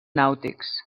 nàutics